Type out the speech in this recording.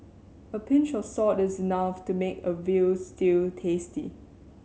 a pinch of salt is enough to make a veal stew tasty